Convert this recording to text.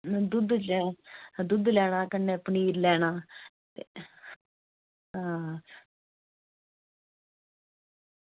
दुद्ध दुद्ध लैना कन्नै पनीर लैना